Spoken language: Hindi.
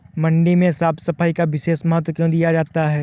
मंडी में साफ सफाई का विशेष महत्व क्यो दिया जाता है?